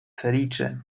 feliĉe